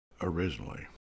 originally